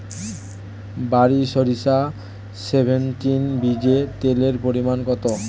বারি সরিষা সেভেনটিন বীজে তেলের পরিমাণ কত?